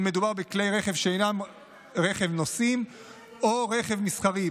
אם מדובר בכלי רכב שאינם רכב נוסעים או רכב מסחרי.